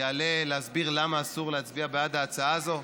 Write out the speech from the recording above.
יעלה להסביר למה אסור להצביע בעד ההצעה הזאת.